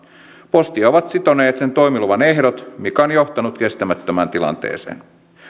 postia ovat sitoneet sen toimiluvan ehdot mikä on johtanut kestämättömään tilanteeseen